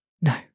No